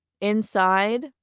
inside